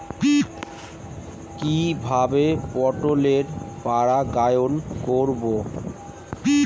কিভাবে পটলের পরাগায়ন করব?